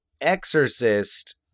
Exorcist